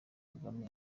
kagame